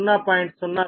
44KV20